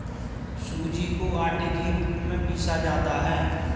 सूजी को आटे के रूप में पीसा जाता है